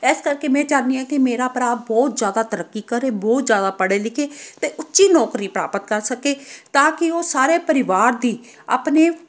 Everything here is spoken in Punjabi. ਇਸ ਕਰਕੇ ਮੈਂ ਚਾਹੁੰਦੀ ਹਾਂ ਕਿ ਮੇਰਾ ਭਰਾ ਬਹੁਤ ਜਿਆਦਾ ਤਰੱਕੀ ਕਰੇ ਬਹੁਤ ਜ਼ਿਆਦਾ ਪੜ੍ਹੇ ਲਿਖੇ ਅਤੇ ਉੱਚੀ ਨੌਕਰੀ ਪ੍ਰਾਪਤ ਕਰ ਸਕੇ ਤਾਂ ਕਿ ਉਹ ਸਾਰੇ ਪਰਿਵਾਰ ਦੀ ਆਪਣੇ